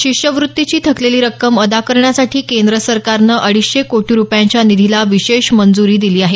शिष्यवृत्तीची थकलेली रक्कम अदा करण्यासाठी केंद्र सरकारनं अडीचशे कोटी रुपयांच्या निधीला विशेष मंज्री दिली आहे